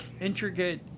intricate